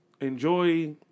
enjoy